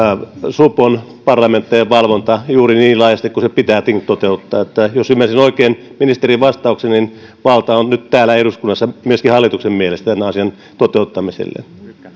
supon parlamentaarinen valvonta juuri niin laajasti kuin se pitääkin toteuttaa että jos ymmärsin oikein ministerin vastauksen valta on nyt täällä eduskunnassa myöskin hallituksen mielestä tämän asian toteuttamiselle